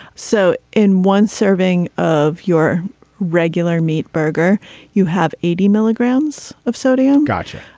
so in one serving of your regular meat burger you have eighty milligrams of sodium. gotcha.